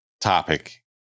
topic